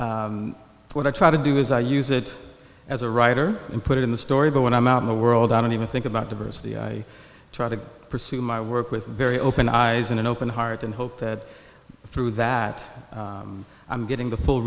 so what i try to do is i use it as a writer and put it in the story but when i'm out in the world i don't even think about diversity i try to pursue my work with very open eyes and an open heart and hope that through that i'm getting the full